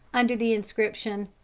under the inscription,